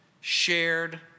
Shared